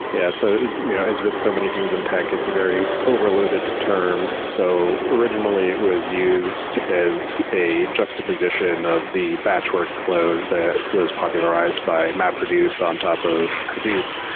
yeah, so as with so many things in tech, it's a very overloaded term. so originally it was used as a juxtaposition of the batch workflows that was popularized by mapreduce on top of hadoop.